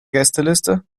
gästeliste